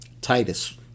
Titus